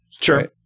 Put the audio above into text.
Sure